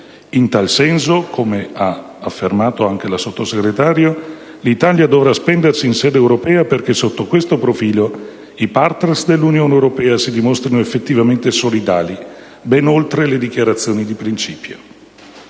In tal senso, come ha affermato anche la Sottosegretario, l'Italia dovrà spendersi in sede europea perché sotto questo profilo i partner dell'Unione europea si dimostrino effettivamente solidali, ben oltre le dichiarazioni di principio.